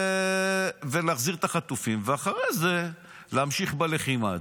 ולהחזיר את החטופים ואחרי זה להמשיך בלחימה,